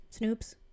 Snoops